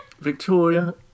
Victoria